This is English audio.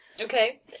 Okay